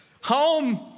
Home